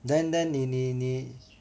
then then 你你你